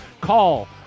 Call